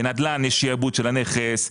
בנדל"ן יש שעבוד של הנכס,